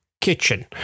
kitchen